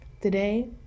Today